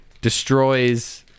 destroys